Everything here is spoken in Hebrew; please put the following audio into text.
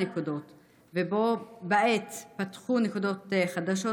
ובה בעת פתחו נקודות חדשות,